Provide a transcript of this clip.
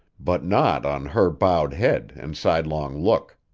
but not on her bowed head and sidelong look.